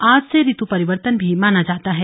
आज से ऋत परिवर्तन भी माना जाता है